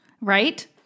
Right